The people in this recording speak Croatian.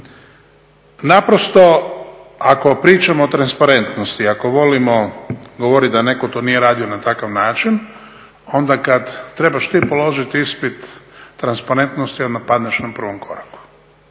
naprosto ako pričamo o transparentnosti, ako volimo govorit da netko to nije radio na takav način onda kad trebaš ti položit ispit transparentnosti odmah padneš na prvom koraku.